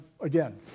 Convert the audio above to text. again